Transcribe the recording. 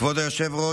כבוד היושב-ראש,